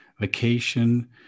vacation